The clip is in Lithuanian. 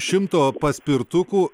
šimto paspirtukų